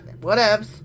Whatevs